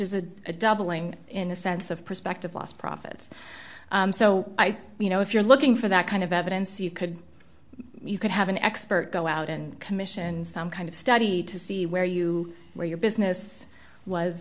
is a doubling in the sense of perspective lost profits so you know if you're looking for that kind of evidence you could you could have an expert go out and commission some kind of study to see where you where your business